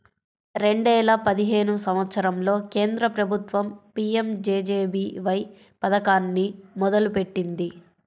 రెండేల పదిహేను సంవత్సరంలో కేంద్ర ప్రభుత్వం పీ.యం.జే.జే.బీ.వై పథకాన్ని మొదలుపెట్టింది